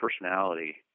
personality